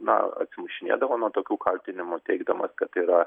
na atsimušinėdavo nuo tokių kaltinimų teigdamas kad tai yra